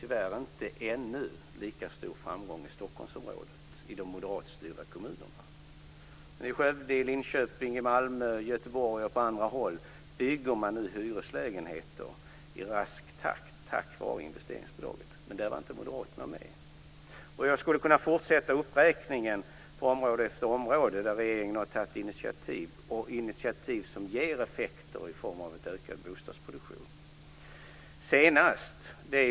Tyvärr är framgången ännu inte lika stor i Stockholm och i de moderatstyrda kommunerna. Men i Skövde, Linköping, Malmö, Göteborg och på andra håll bygger man nu hyreslägenheter i rask takt tack vare investeringsbidraget, men det var inte Moderaterna med på. Jag skulle kunna fortsätta uppräkningen av område efter område där regeringen har tagit initiativ som ger effekter i form av en ökad bostadsproduktion.